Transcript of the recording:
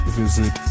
visit